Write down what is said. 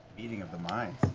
meeting of the minds.